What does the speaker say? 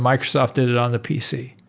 microsoft did it on the pc.